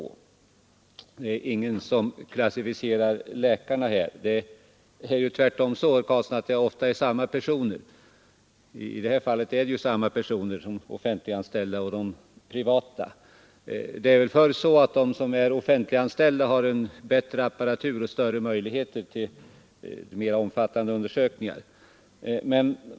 Ingen av oss önskar på något sätt klassificera läkarna. Det är tvärtom ofta, herr Karlsson, fråga om samma personer. I detta fall är det samma personer som är offentligt anställda och privatpraktiserande. Det är snarare så att de offentligt anställda har en bättre apparatur och större möjligheter till mera omfattande undersökningar.